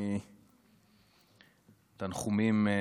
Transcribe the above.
תנחומים.